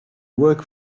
work